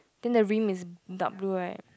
then the rim is dark blue right